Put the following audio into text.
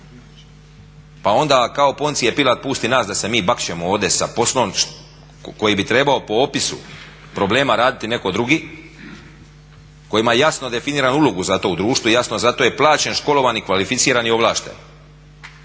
pa onda kao Poncije Pilat pusti nas da se mi bakćemo ovdje sa poslom koji bi trebao po opisu problema raditi netko drugi kojima jasno definira ulogu jasno u društvu, jasno, za to je plaćen, školovan i kvalificiran i ovlašten.